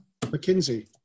McKinsey